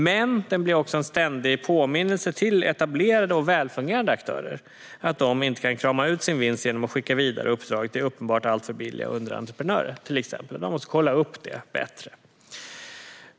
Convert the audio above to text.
Men den blir också en ständig påminnelse till etablerade och välfungerande aktörer om att de inte kan krama ut sin vinst genom att till exempel skicka vidare uppdraget till underentreprenörer som uppenbart är alltför billiga. Man måste kolla upp det bättre.